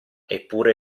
eppure